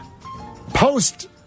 post